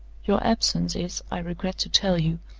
your absence is, i regret to tell you,